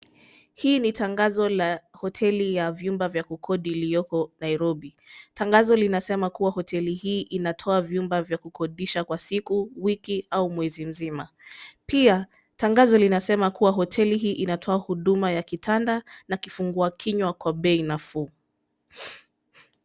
Hii ni tangazo la hoteli ya vyumba vya kukodi iliyoko Nairobi. Tangazo linasema kuwa hoteli hii inatoa vyumba vya kukodisha kwa siku, wiki au mwezi mzima pia tangazo linasema kuwa hoteli hii inatoa huduma ya kitanda na kifungua kinyua kwa bei nafuu.